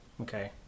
Okay